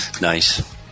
Nice